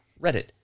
Reddit